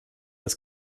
das